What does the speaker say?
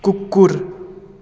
कुकुर